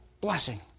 blessing